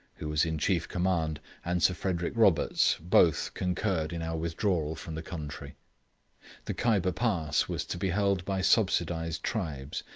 who was in chief command, and sir frederick roberts, both, concurred in our withdrawal from the country the kyber pass was to be held by subsidised tribes,